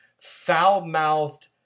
foul-mouthed